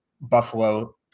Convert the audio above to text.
Buffalo